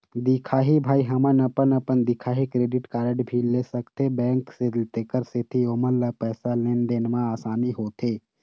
दिखाही भाई हमन अपन अपन दिखाही क्रेडिट कारड भी ले सकाथे बैंक से तेकर सेंथी ओमन ला पैसा लेन देन मा आसानी होथे?